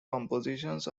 compositions